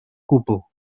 gwbl